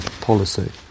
policy